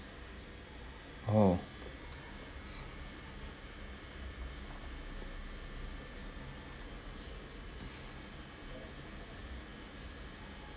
oh